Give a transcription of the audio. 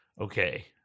Okay